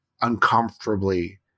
uncomfortably